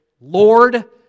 Lord